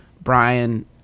Brian